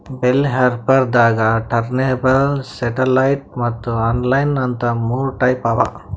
bell wrapper ದಾಗಾ turntable satellite ಮತ್ತ್ inline ಅಂತ್ ಮೂರ್ ಟೈಪ್ ಅವಾ